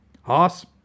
Hoss